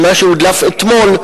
מה שהודלף אתמול,